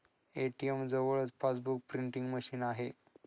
ATM जवळच passbook printing machine आहे